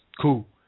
cool